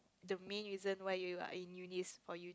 the main reason why you are in uni is for you